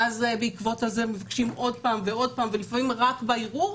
ואז הם מבקשים עוד פעם ועוד פעם ולפעמים רק בערעור.